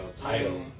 title